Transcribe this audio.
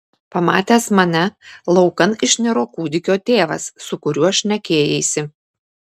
pamatęs mane laukan išniro kūdikio tėvas su kuriuo šnekėjaisi